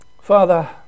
Father